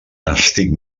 estic